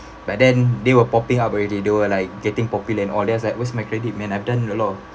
but then they were popping up already they were like getting popular and all then I was like where's my credit man I've done a lot